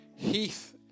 Heath